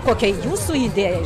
kokia jūsų idėja